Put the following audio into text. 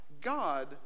God